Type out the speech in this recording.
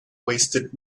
wasted